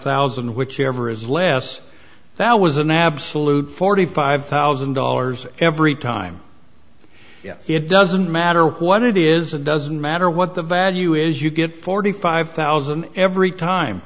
thousand whichever is less that was an absolute forty five thousand dollars every time it doesn't matter what it is it doesn't matter what the value is you get forty five thousand every time